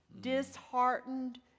disheartened